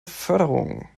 förderung